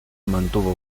mantuvo